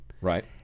Right